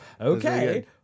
okay